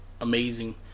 amazing